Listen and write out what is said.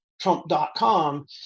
Trump.com